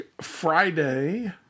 Friday